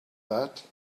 that